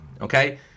Okay